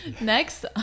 Next